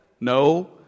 No